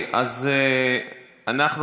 כלכלה?